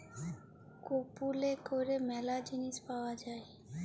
কুপলে ক্যরে ম্যালা জিলিস পাউয়া যায়